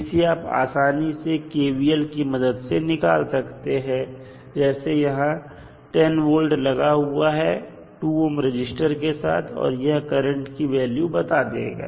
इसे आप आसानी से KVL की मदद से निकाल सकते हैं जैसे यहां 10 V लगा हुआ है 2 ohm रजिस्टर के साथ और यह करंट की वैल्यू बता देगा